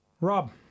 Rob